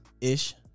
ish